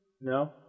No